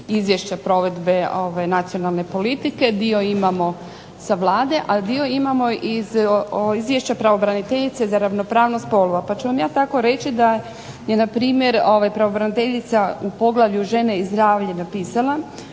izvješće provedbe nacionalne politike dio imamo sa Vlade, a dio imamo iz izvješća pravobraniteljice za ravnopravnost spolova. Pa ću vam ja tako reći da je npr. pravobraniteljica u poglavlju žene i zdravlje napisala,